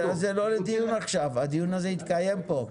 זה לא לדיון עכשיו, הדיון הזה כבר התקיים פה.